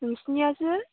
नोंसोरनियासो